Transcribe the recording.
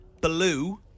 blue